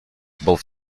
both